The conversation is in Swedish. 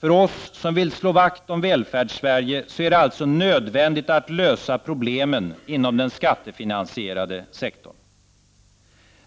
För oss som vill slå vakt om Välfärdssverige är det alltså nödvändigt att problemen inom den skattefinansierade sektorn löses.